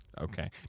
Okay